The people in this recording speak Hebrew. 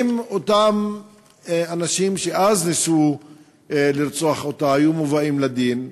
אם אותם אנשים שאז ניסו לרצוח אותה היו מובאים לדין,